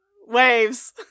waves